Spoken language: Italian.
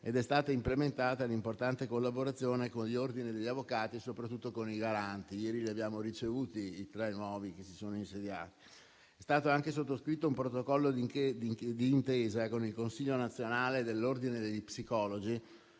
ed è stata implementata l'importante collaborazione con gli ordini degli avvocati, soprattutto con i garanti (ieri abbiamo ricevuto i tre nuovi garanti insediati). È stato anche sottoscritto un protocollo di intesa con il consiglio nazionale dell'ordine degli psicologi